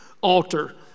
altar